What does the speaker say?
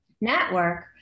network